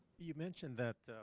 you mentioned that